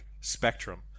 spectrum